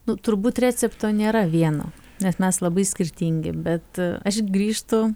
nu turbūt recepto nėra vieno nes mes labai skirtingi bet aš grįžtu